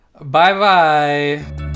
Bye-bye